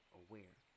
aware